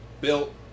built